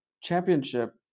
Championship